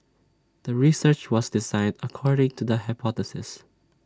the research was designed according to the hypothesis